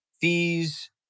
fees